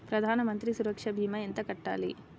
ప్రధాన మంత్రి సురక్ష భీమా ఎంత కట్టాలి?